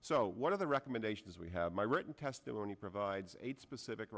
so one of the recommendations we have my written testimony provides eight specific